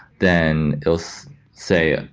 then it will so say, ah